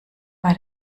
bei